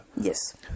Yes